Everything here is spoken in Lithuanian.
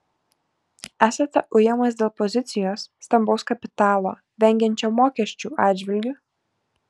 esate ujamas dėl pozicijos stambaus kapitalo vengiančio mokesčių atžvilgiu